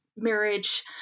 Marriage